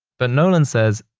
but nolan says,